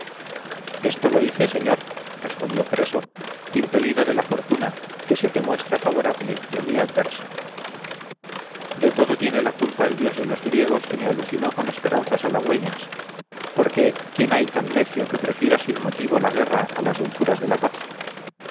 esto lo hice señor respondió creso impelido de la fortuna que se te muestra favorable y a mí adversa de todo tiene la culpa el dios de los griegos que me alucinó con esperanzas halagüeñas porque quién hay tan necio que prefiera sin motivo la guerra a las dulzuras de la paz